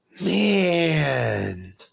man